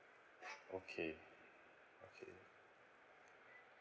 okay okay